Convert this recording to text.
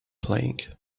playing